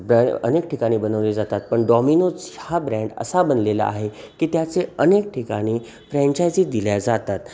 ब्रॅ अनेक ठिकाणी बनवले जातात पण डॉमिनोज हा ब्रँड असा बनलेला आहे की त्याचे अनेक ठिकानी फ्रँचायजी दिल्या जातात